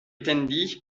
tendí